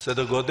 מה סדר הגודל?